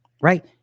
Right